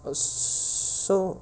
s~ so